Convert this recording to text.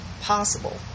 possible